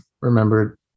remembered